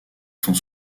font